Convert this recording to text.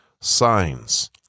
signs